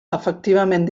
efectivament